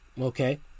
Okay